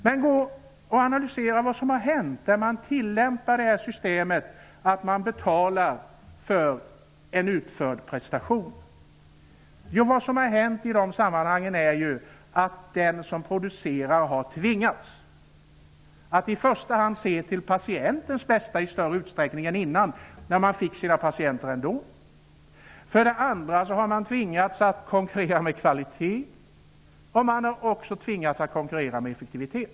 Men analysera då vad som har hänt på de platser där detta system tillämpas, så att man betalar för en utförd prestation. Vad som har hänt är att den som producerar har tvingats att i första hand se till patientens bästa i större utsträckning än innan, då man fick sina patienter ändå. Dessutom har man tvingats konkurrera med kvalitet och med effektivitet.